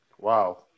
Wow